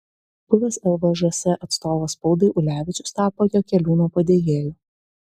buvęs lvžs atstovas spaudai ulevičius tapo jakeliūno padėjėju